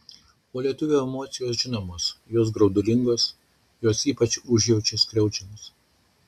o lietuvio emocijos žinomos jos graudulingos jos ypač užjaučia skriaudžiamus